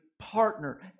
partner